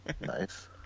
Nice